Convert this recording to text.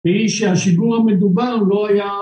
תראי שהשיגור המדובר לא היה